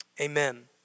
Amen